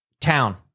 town